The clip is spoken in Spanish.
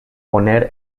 poner